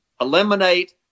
eliminate